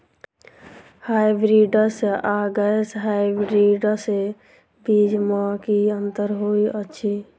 Hybrids आ गैर hybrids बीज म की अंतर होइ अछि?